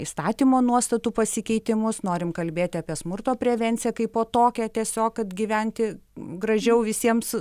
įstatymo nuostatų pasikeitimus norim kalbėti apie smurto prevenciją kaip tokią tiesiog kad gyventi gražiau visiems